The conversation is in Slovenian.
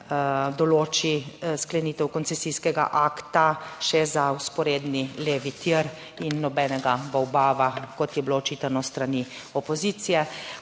določi sklenitev koncesijskega akta še za vzporedni levi tir in nobenega bavbava, kot je bilo očitano s strani opozicije.